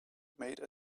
made